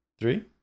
three